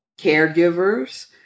caregivers